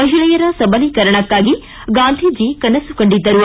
ಮಹಿಳೆಯರ ಸಬಲೀಕರಣಕ್ಕಾಗಿ ಗಾಂಧೀಜಿ ಕನಸು ಕಂಡಿದ್ದರು